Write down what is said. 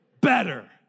better